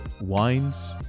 wines